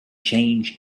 change